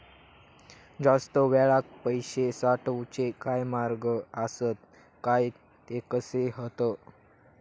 जास्त वेळाक पैशे साठवूचे काय मार्ग आसत काय ते कसे हत?